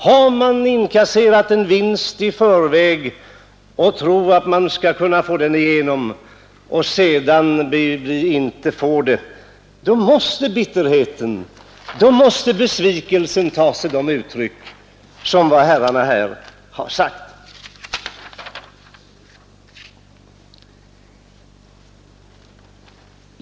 Har man inkasserat en vinst i förväg och tror att man skall kunna få igenom den och sedan inte får det, då måste bitterheten och besvikelsen ta sig de uttryck som herrarna här har visat.